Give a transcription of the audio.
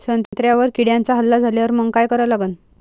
संत्र्यावर किड्यांचा हल्ला झाल्यावर मंग काय करा लागन?